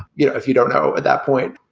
you know if you don't know at that point,